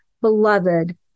beloved